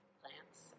plants